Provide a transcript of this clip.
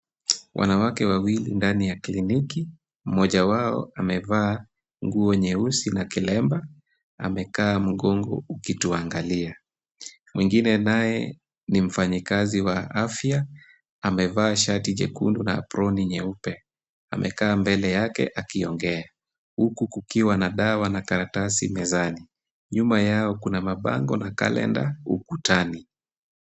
Wanawake wawili ndani ya kliniki, mmoja wao amevaa nguo nyeusi na kilemba, amekaa mgongo ukituangalia. Wengine naye ni mfanyakazi wa afya, amevaa shati jekundu na proni nyeupe, amekaa mbele yake akiongea. Uku kukiwa na dawa na karatasi mezani, nyuma yao kuna mabango na calenda ukutani.